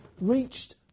reached